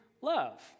love